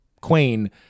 queen